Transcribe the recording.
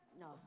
No